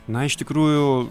na iš tikrųjų